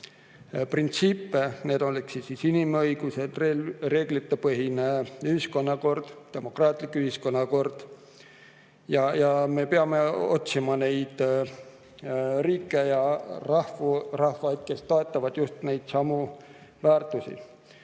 printsiipe – inimõigused, reeglitepõhine ühiskonnakord, demokraatlik ühiskonnakord – ja me peame otsima neid riike ja rahvaid, kes toetavad just neidsamu väärtusi.